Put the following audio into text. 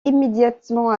immédiatement